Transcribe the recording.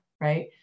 right